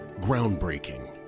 Groundbreaking